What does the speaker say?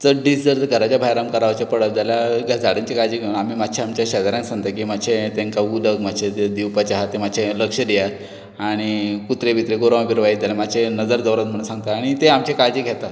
चड दीस जर घराचे भायर आमकां रावचे पडत जाल्यार ते झाडांची काळजी घेवूंक आमी मातशे आमचे शेजाऱ्यांक सांगता की मातशे तेंकां उदक मातशें दीव दिवपाचें आहा तें मातशें लक्ष दियात आनीक कुत्रे बितरे गोंरवां बिरवां येत जाल्यार मातशी नजर दोवरात म्हणून सांगता आनी ते आमची काळजी घेतात